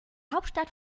hauptstadt